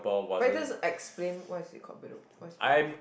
but it doesn't explain why is it called Bedok what is Bedok